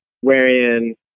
wherein